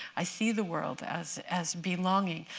i see the world as as belonging.